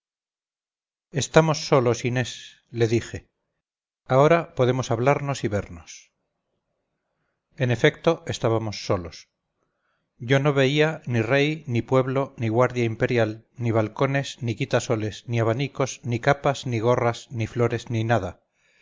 estamos solos inés le dije ahora podremos hablarnos y vernos en efecto estábamos solos yo no veía ni rey ni pueblo ni guardia imperial ni balcones ni quitasoles ni abanicos ni capas ni gorras ni flores ni nada